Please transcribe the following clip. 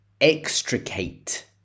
extricate